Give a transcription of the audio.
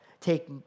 take